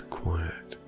quiet